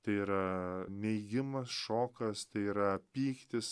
tai yra neigimas šokas tai yra pyktis